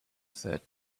third